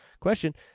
question